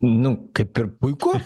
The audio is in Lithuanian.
nu kaip ir puiku